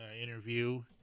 interview